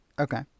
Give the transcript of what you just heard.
Okay